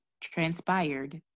transpired